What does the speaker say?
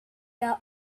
the